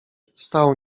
stał